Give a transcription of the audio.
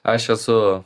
aš esu